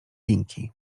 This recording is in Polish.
linki